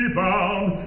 bound